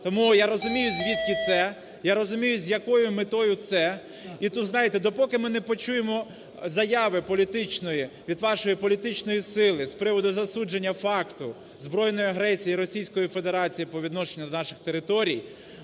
Тому я розумію, звідки це, я розумію, з якою метою це. І тут, знаєте, допоки ми не почуємо заяви політичної від вашої політичної сили з приводу засудження факту збройної агресії Російської Федерації по відношенню до наших територій,